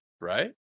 right